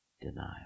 denial